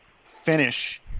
finish